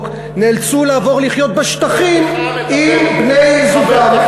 נאלצו לעבור לחיות בשטחים עם בני-זוגם.